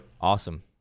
Awesome